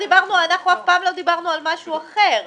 אף פעם לא דיברנו על משהו אחר.